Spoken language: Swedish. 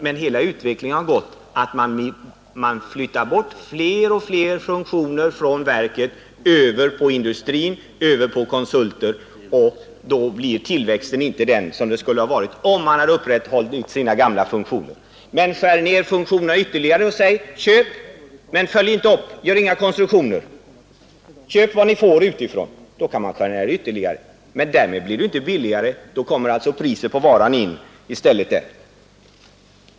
Men utvecklingen har gått därhän att man flyttar fler och fler funktioner från verket över till industrin och konsulter. Då blir naturligtvis inte heller tillväxten så stark som den skulle ha blivit om man bibehållit sina gamla funktioner. Men skär i stället ner ytterligare och säg: Köp, men följ inte upp, och gör inga konstruktioner. Köp vad ni får utifrån! Då kan man skära ner ytterligare. Men därmed blir det inte billigare. Där kommer priset på varan in i bilden.